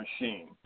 machine